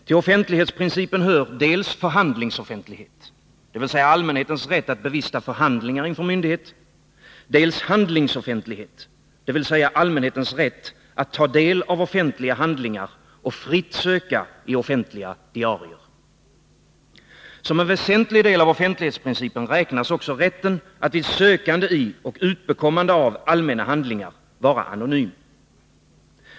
Till offentlighetsprincipen hör dels förhandlingsoffentlighet, dvs. allmänhetens rätt att bevista förhandlingar inför myndighet, dels handlingsoffentlighet, dvs. allmänhetens rätt att ta del av offentliga handlingar och fritt söka i offentliga diarier. Som en väsentlig del av offentlighetsprincipen räknas också rätten att vid sökande i och utbekommande av allmänna handlingar vara anonym.